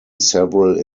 several